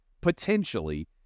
potentially